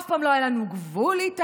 אף פעם לא היה לנו גבול איתם,